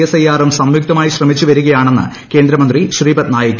S I ആറും സംയുക്തമായി ശ്രമിച്ച് വരികയാണെന്ന് കേന്ദ്രമന്ത്രി ശ്രീ പദ് നായിക്